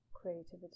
Creativity